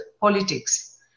politics